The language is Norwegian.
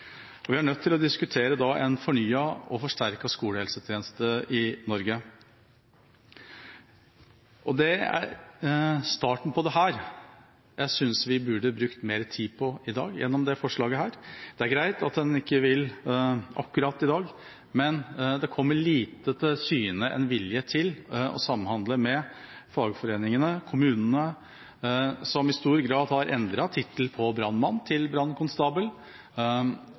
Vi er nødt til å diskutere en fornyet og forsterket skolehelsetjeneste i Norge. Det er starten på dette jeg synes vi burde bruke mer tid på i dag gjennom dette forslaget. Det er greit at en ikke vil akkurat i dag, men det kommer liten vilje til syne for å samhandle med fagforeningene og kommunene, som i stor grad har endret tittel på brannmann til brannkonstabel